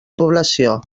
població